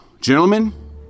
Gentlemen